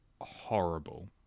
horrible